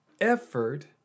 effort